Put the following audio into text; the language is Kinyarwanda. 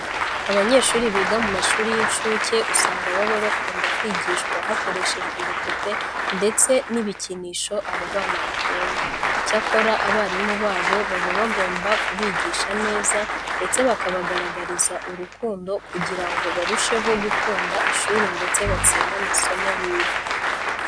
Abanyeshuri biga mu mashuri y'incuke usanga baba bakunda kwigishwa hakoreshejwe ibipupe ndetse n'ibikinisho aba bana bakunda. Icyakora abarimu babo baba bagomba kubigisha neza ndetse bakabagaragariza urukundo kugira ngo barusheho gukunda ishuri ndetse batsinde amasomo biga.